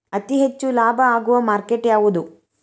ಅತಿ ಹೆಚ್ಚು ಲಾಭ ಆಗುವ ಮಾರ್ಕೆಟ್ ಯಾವುದು?